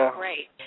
great